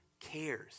cares